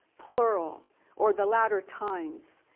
plural or the latter times,